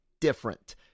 different